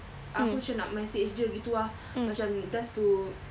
aku macam nak message dia gitu ah macam just to